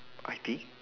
I T